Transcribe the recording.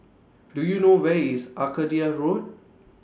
Do YOU know Where IS Arcadia Road